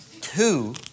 two